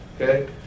Okay